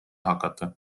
hakata